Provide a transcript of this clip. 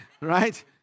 Right